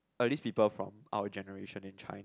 at least people from out of generation in China